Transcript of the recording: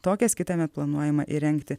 tokias kitąmet planuojama įrengti